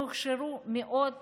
הוכשרו מאות